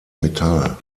metall